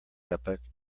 epoch